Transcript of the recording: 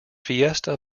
fiesta